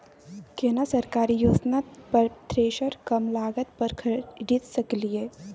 केना सरकारी योजना पर थ्रेसर कम लागत पर खरीद सकलिए?